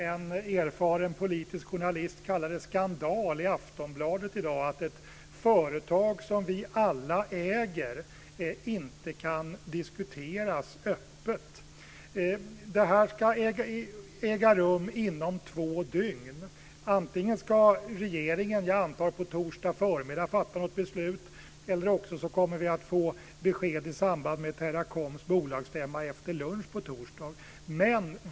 En erfaren politisk journalist skriver i dagens Aftonbladet att det är skandal att ett företag som vi alla äger inte kan diskuteras öppet. Detta ska äga rum inom två dygn. Antingen ska regeringen på torsdag förmiddag, antar jag, fatta ett beslut, eller så kommer vi att få besked i samband med Teracoms bolagsstämma efter lunch på torsdag.